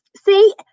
See